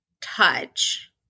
touch